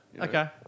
Okay